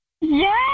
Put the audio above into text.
Yes